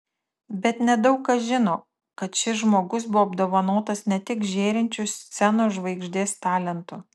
bet nedaug kas žino kad šis žmogus buvo apdovanotas ne tik žėrinčiu scenos žvaigždės talentu